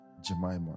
Jemima